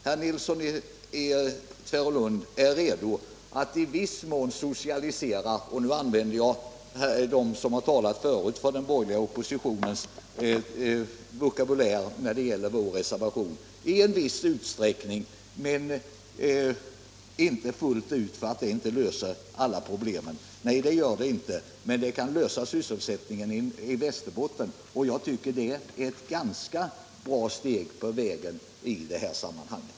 Herr Nilsson i Tvärålund är redo att socialisera — och då använder jag de borgerliga talarnas vokabulär när det gäller vår reservation — i viss utsträckning, men inte fullt ut, för det löser inte alla problem. Nej, det gör det inte, men det kan lösa sysselsättningsproblemen i Västerbotten, och jag tycker att det är ett ganska bra steg på vägen i det här sammanhanget.